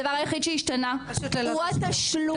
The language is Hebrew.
הדבר היחיד שהשתנה הוא התשלום.